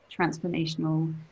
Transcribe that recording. transformational